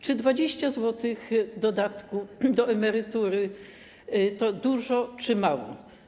Czy 20 zł dodatku do emerytury to dużo czy mało?